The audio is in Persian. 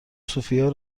سوفیا